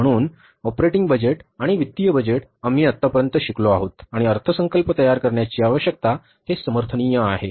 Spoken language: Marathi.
म्हणून ऑपरेटिंग बजेट आणि वित्तीय बजेट आम्ही आत्तापर्यंत शिकलो आहोत आणि अर्थसंकल्प तयार करण्याची आवश्यकता हे समर्थनीय आहे